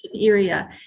area